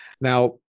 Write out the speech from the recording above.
Now